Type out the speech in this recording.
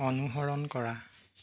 অনুসৰণ কৰা